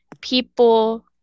People